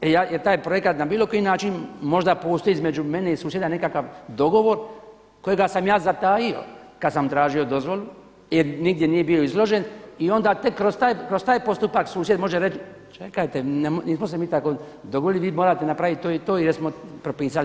Jer taj projekat na bilo koji način možda postoji između mene i susjeda nekakav dogovor kojega sam ja zatajio kada sam tražio dozvolu jer nigdje nije bio izložen i onda tek kroz taj postupak susjed može reći, čekajte nismo se mi tako dogovorili, vi morate napraviti to i to jer smo propisali.